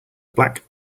black